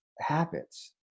habits